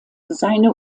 seine